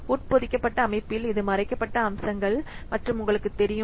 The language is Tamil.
உட்பொதிக்கப்பட்ட அமைப்பில் இது மறைக்கப்பட்ட அம்சங்கள் மற்றும் உங்களுக்குத் தெரியும்